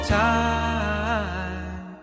time